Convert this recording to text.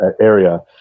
area